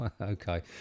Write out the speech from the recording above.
Okay